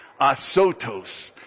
Asotos